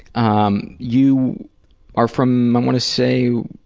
um you are from i want to say.